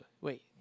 Wait